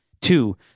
Two